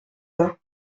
bas